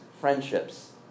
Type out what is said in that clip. friendships